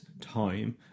time